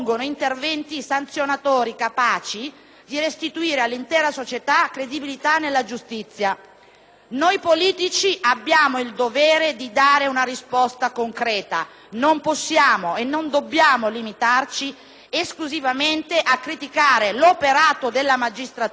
Noi politici abbiamo il dovere di dare una risposta concreta; non possiamo e non dobbiamo limitarci esclusivamente a criticare l'operato della magistratura che, seppur nell'esercizio discrezionale, è obbligata al rispetto della legge.